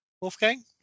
Wolfgang